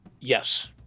Yes